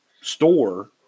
store